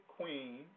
queen